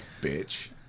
bitch